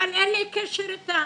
אבל אין לי קשר איתה.